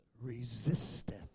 resisteth